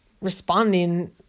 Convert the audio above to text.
responding